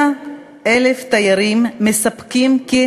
בפועל זה ייקח משר הביטחון את הסמכות המוסרית שאתה ואני סומכים עליה,